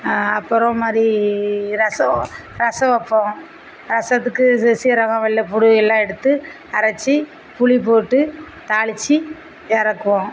அப்பறம் மாதிரி ரசம் ரசம் வைப்போம் ரசத்துக்கு சீ சீரகம் வெள்ளப்புடு எல்லாம் எடுத்து அரைச்சி புளி போட்டு தாளித்து இறக்குவோம்